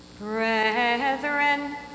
Brethren